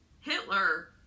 Hitler